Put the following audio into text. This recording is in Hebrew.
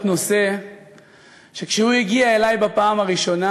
נושא שכשהוא הגיע אלי בפעם הראשונה